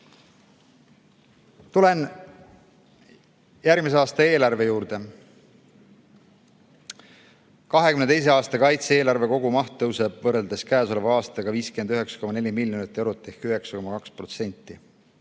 teha. Tulen järgmise aasta eelarve juurde. 2022. aasta kaitse-eelarve kogumaht kasvab võrreldes käesoleva aasta omaga 59,4 miljonit eurot ehk 9,2%.